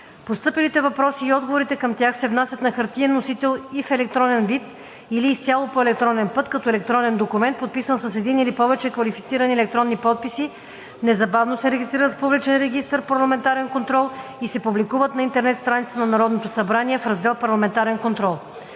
Постъпилите въпроси и отговорите към тях се внасят на хартиен носител и в електронен вид или изцяло по електронен път, като електронен документ, подписан с един или повече квалифицирани електронни подписи, незабавно се регистрират в публичен регистър „Парламентарен контрол“ и се публикуват на интернет страницата на Народното събрание в раздел „Парламентарен контрол“.